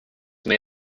may